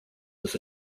was